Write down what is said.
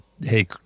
Hey